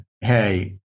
Hey